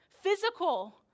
physical